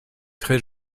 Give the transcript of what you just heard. très